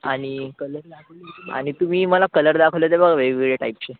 आणि कलरला आणि तुम्ही मला कलर दाखवले होते बघा वेगवेगळ्या टाईपचे